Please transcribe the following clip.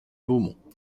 beaumont